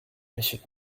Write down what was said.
monsieur